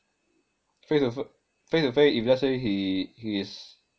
face to f~ face to face if let's say he he's